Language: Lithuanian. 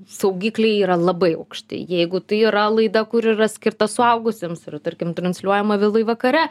saugikliai yra labai aukšti jeigu tai yra laida kur yra skirta suaugusiems yra tarkim transliuojama vėlai vakare